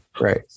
Right